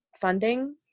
funding